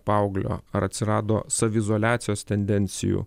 paauglio ar atsirado saviizoliacijos tendencijų